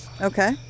Okay